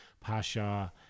Pasha